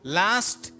last